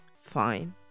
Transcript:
Fine